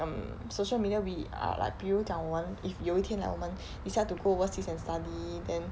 um social media we are like 比如讲我们 if 有一天 like 我们 decide to go overseas and study then